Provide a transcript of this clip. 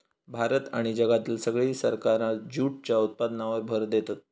भारत आणि जगातली सगळी सरकारा जूटच्या उत्पादनावर भर देतत